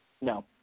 No